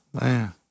Man